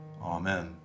Amen